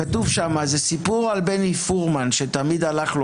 כתוב שם: זה סיפור על בני פורמן שתמיד הלך לו